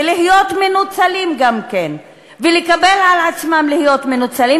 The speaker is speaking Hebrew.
ולהיות מנוצלים ולקבל על עצמם להיות מנוצלים,